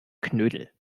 knödel